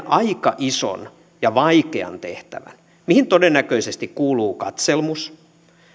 aika ison ja vaikean tehtävän mihin todennäköisesti kuuluu katselmus